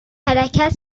حرکت